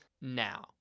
now